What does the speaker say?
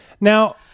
Now